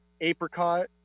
apricot